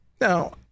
Now